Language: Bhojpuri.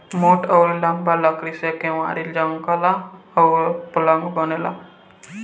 मोट अउरी लंबा लकड़ी से केवाड़ी, जंगला अउरी पलंग बनेला